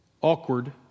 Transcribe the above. awkward